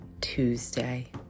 Tuesday